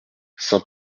saint